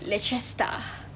leicester